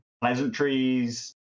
pleasantries